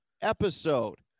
episode